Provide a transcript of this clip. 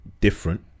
different